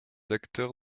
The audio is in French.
acteurs